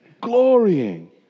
glorying